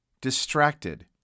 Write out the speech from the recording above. distracted